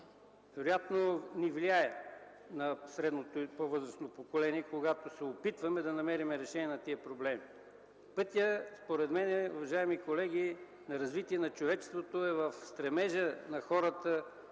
вероятно влияе на средното и по-възрастното поколение, когато се опитваме да намерим решение на тези проблеми. Пътят, според мен, уважаеми колеги, на развитие на човечеството е в стремежа на хората